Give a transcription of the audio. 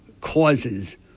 causes